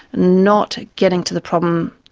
not getting to the problem.